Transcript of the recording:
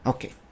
Okay